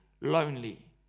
lonely